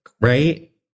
right